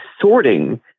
sorting